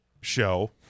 show